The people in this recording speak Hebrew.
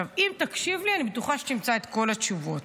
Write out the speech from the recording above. אם תקשיב לי אני בטוחה שתמצא את כל התשובות,